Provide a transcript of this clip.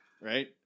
Right